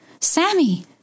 Sammy